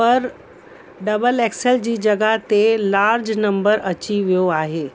पर double XL जी जॻह ते लार्ज नम्बर अची वियो आहे